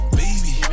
baby